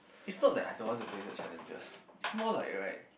it's not that I don't want to face the challenges it's more like right